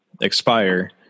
expire